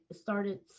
started